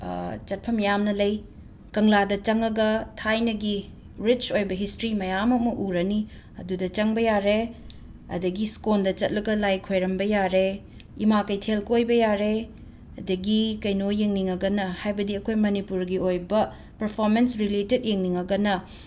ꯆꯠꯐꯝ ꯌꯥꯝꯅ ꯂꯩ ꯀꯪꯂꯥꯗ ꯆꯪꯉꯒ ꯊꯥꯏꯅꯒꯤ ꯔꯤꯆ ꯑꯣꯏꯕ ꯍꯤꯁꯇ꯭ꯔꯤ ꯃꯌꯥꯝ ꯑꯃꯨꯛ ꯎꯔꯅꯤ ꯑꯗꯨꯗ ꯆꯪꯕ ꯌꯥꯔꯦ ꯑꯗꯒꯤ ꯁ꯭ꯀꯣꯟꯗ ꯆꯠꯂꯒ ꯂꯥꯏ ꯈꯣꯏꯔꯝꯕ ꯌꯥꯔꯦ ꯏꯃꯥ ꯀꯩꯊꯦꯜ ꯀꯣꯏꯕ ꯌꯥꯔꯦ ꯑꯗꯒꯤ ꯀꯩꯅꯣ ꯌꯦꯡꯅꯤꯡꯉꯒꯅ ꯍꯥꯏꯕꯗꯤ ꯑꯩꯈꯣꯏ ꯃꯅꯤꯄꯨꯔꯒꯤ ꯑꯣꯏꯕ ꯄꯔꯐꯣꯔꯃꯦꯟꯁ ꯔꯤꯂꯦꯇꯦꯠ ꯌꯦꯡꯅꯤꯡꯉꯒꯅ